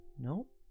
Nope